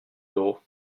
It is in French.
d’euros